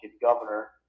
governor